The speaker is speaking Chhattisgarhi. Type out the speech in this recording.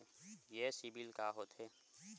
ये सीबिल का होथे?